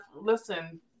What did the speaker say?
Listen